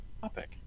topic